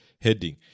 heading